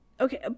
okay